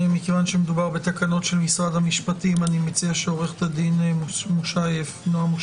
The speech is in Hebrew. כיוון שמדובר בתקנות של משרד המשפטים אני מציע שעו"ד נועה מושייף,